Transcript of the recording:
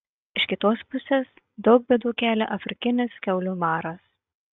iš kitos pusės daug bėdų kelia afrikinis kiaulių maras